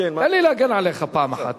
תן לי להגן עליך פעם אחת.